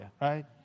right